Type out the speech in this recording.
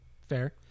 fair